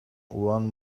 one